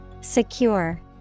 Secure